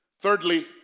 Thirdly